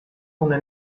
una